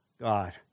God